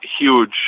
huge